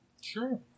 Sure